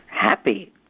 happy